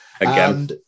again